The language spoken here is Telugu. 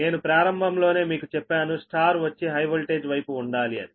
నేను ప్రారంభంలోనే మీకు చెప్పాను Y వచ్చి హై వోల్టేజ్ వైపు ఉండాలి అని